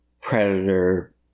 Predator